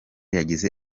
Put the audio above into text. yagize